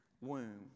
womb